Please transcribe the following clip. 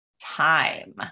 time